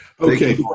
Okay